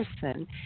person